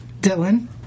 Dylan